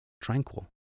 tranquil